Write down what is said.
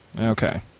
Okay